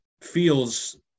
feels –